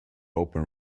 open